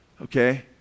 okay